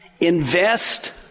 Invest